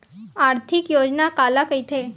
आर्थिक योजना काला कइथे?